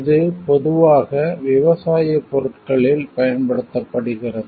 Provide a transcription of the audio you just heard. இது பொதுவாக விவசாயப் பொருட்களில் பயன்படுத்தப்படுகிறது